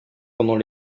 pendant